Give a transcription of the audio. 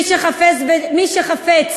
מי שחפץ